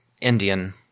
Indian